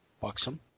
buxom